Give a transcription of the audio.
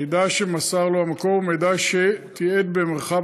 מידע שמסר לו המקור ומידע שתיעד במרחב